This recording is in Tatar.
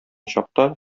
чакта